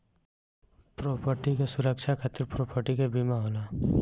property के सुरक्षा खातिर प्रॉपर्टी के बीमा होला